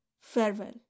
farewell